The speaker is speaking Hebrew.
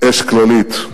אש כללית.